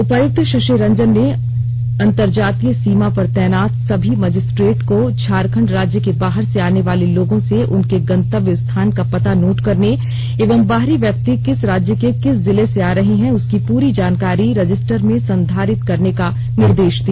उपायुक्त शशि रंजन ने अन्तर्राज्यीय सीमा पर तैनात सभी मजिस्ट्रेट को झारखंड राज्य के बाहर से आने वाले लोगों से उनके गंतव्य स्थान का पता नोट करने एवं बाहरी व्यक्ति किस राज्य के किस जिले से आ रहे हैं उसकी पूरी जानकारी रजिस्टर में संधारित करने का निर्देश दिया